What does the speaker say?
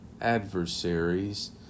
adversaries